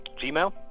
Gmail